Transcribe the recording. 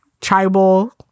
tribal